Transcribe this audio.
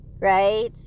Right